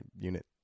unit